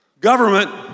Government